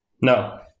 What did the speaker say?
No